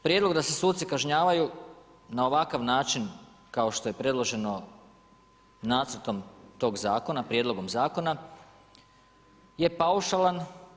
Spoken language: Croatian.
Prijedlog da se suci kažnjavaju na ovakav način kao što predloženo nacrtom tog Zakona, Prijedlogom zakona, je paušalan.